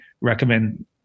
recommend